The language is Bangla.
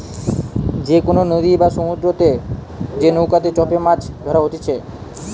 যে কোনো নদী বা সমুদ্রতে যে নৌকাতে চেপেমাছ ধরা হতিছে